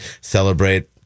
celebrate